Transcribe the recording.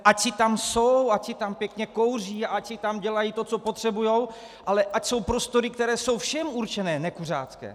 Ať si tam jsou, ať si tam pěkně kouří a ať si tam dělají to, co potřebují, ale ať jsou prostory, které jsou všem určené, nekuřácké.